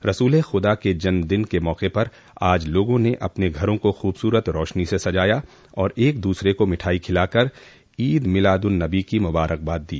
रसूले खुदा के जन्मदिन के मौके पर आज लोगों ने अपने घरों को खूबसूरत रोशनी से सजाया और एक दूसरे को मिठाई खिलाकर ईद मिलाद उन नबी की मुबारकबाद दी